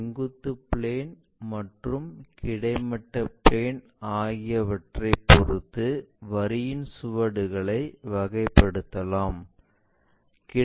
செங்குத்து பிளேன் மற்றும் கிடைமட்ட பிளேன் ஆகியவற்றை பொருத்து வரியின் சுவடுகளை வகைப்படுத்தலாம்